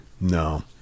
No